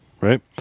right